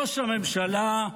ראש הממשלה,